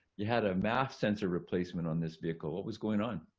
you had a maf sensor replacement on this vehicle. what was going on?